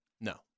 No